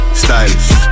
stylish